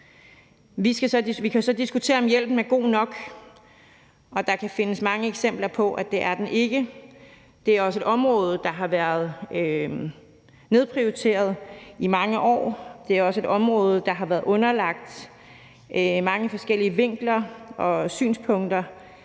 Vi kan jo så diskutere, om hjælpen er god nok, og der kan findes mange eksempler på, at det er den ikke. Det er også et område, der har været nedprioriteret i mange år, og det er et område, der har været underlagt mange forskellige vinkler og synspunkter